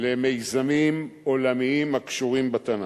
למיזמים עולמיים הקשורים בתנ"ך.